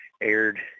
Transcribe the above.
aired